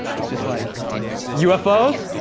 it's just like ufos?